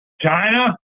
China